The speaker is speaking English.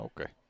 okay